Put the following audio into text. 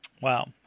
Wow